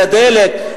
על הדלק,